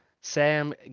Sam